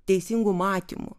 teisingu matymu